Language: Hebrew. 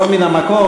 לא מן המקום,